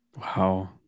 Wow